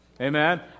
Amen